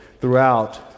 throughout